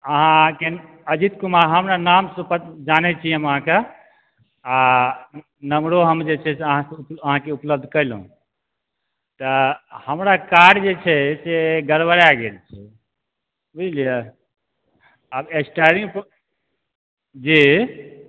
अहाँके अजीत कुमार हमरा नाम से प जानै छी हम अहाँके आ नम्बरो हम जे छै से अहाँके उप अहाँके उपलब्ध कयलहुॅं तऽ हमरा कार जे छै से गड़बड़ा गेल छै बुझलिए आब स्टीयरिंग पर जी